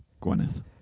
Gwyneth